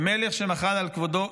ומלך שמחל על כבודו,